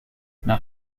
nach